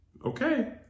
Okay